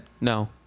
No